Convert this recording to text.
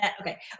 Okay